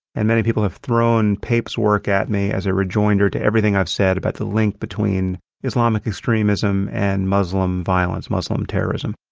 and many people have thrown pape's work at me as a rejoinder to everything i've said about the link between islamic extremism and muslim violence, muslim terrorism.